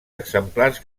exemplars